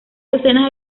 docenas